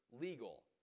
legal